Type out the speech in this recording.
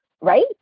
right